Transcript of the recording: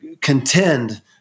contend